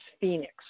Phoenix